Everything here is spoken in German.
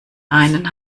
einen